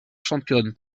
championne